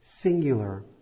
singular